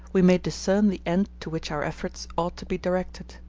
we may discern the end to which our efforts ought to be directed.